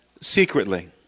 secretly